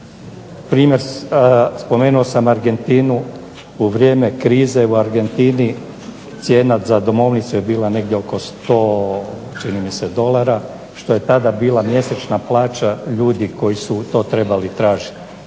Spomenuo sam Argentinu. U vrijeme krize u Argentini cijena za domovnicu je bila negdje oko 100 čini mi se dolara što je tada bila mjesečna plaća ljudi koji su to trebali tražiti.